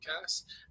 Cast